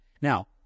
Now